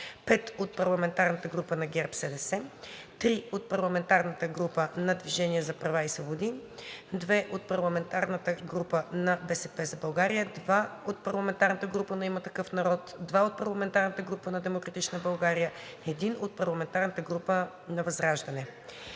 5 от парламентарната група на ГЕРБ-СДС, 3 от парламентарната група „Движение за права и свободи“, 2 от парламентарната група „БСП за България“, 2 от парламентарната група „Има такъв народ“, 2 от парламентарната група на „Демократична България“ и 1 от парламентарната група на партия